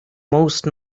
most